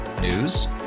News